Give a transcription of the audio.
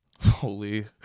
Holy